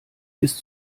ist